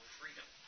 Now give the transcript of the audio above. freedom